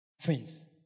Friends